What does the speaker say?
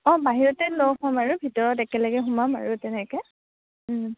অঁ বাহিৰতে লগ হ'ম আৰু ভিতৰত একেলগে সোমাম আৰু তেনেকৈ